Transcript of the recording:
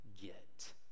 get